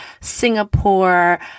singapore